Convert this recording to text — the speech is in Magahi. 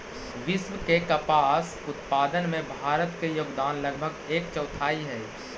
विश्व के कपास उत्पादन में भारत के योगदान लगभग एक चौथाई हइ